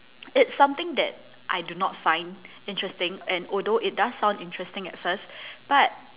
it's something that I do not find interesting and although it does sound interesting at first but